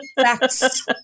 Facts